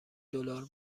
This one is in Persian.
دلار